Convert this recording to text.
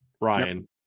Ryan